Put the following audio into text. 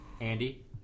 andy